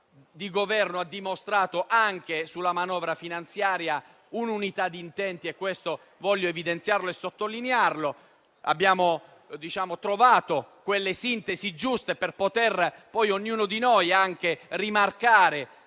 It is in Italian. di Governo ha dimostrato anche sulla manovra finanziaria unità di intenti e questo voglio evidenziarlo e sottolinearlo. Abbiamo trovato le sintesi giuste per poter rimarcare le politiche che